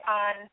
on